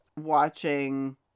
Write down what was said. watching